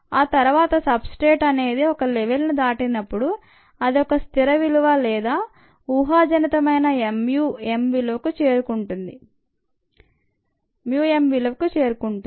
ఆ తర్వాత substrate అనేది ఒక లెవల్ను దాటినప్పుడు అది ఒక స్థిర విలువ లేదా ఊహజనితమైన mu m విలువకు చేరుకుంటుంది